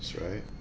right